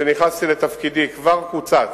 וכשנכנסתי לתפקידי הוא כבר קוצץ,